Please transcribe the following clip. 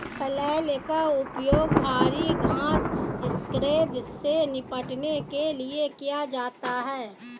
flail का उपयोग भारी घास स्क्रब से निपटने के लिए किया जाता है